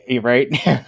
Right